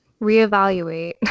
Reevaluate